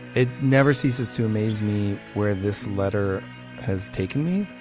it never ceases to amaze me where this letter has taken me.